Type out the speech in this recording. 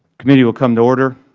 committee will come to order.